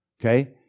okay